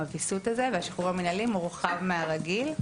הוויסות הזה והשחרור המנהלי מורחב מהרגיל,